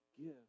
Give